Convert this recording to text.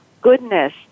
goodness